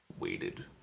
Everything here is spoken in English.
waited